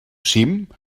cim